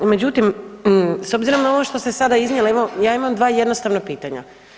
Međutim, s obzirom na ono što ste sada iznijeli, evo ja imam dva jednostavna pitanja.